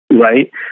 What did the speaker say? right